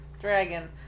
dragon